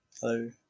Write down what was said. Hello